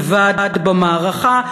לבד במערכה,